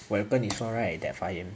我有跟你说 that fahim